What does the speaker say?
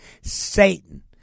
Satan